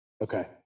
okay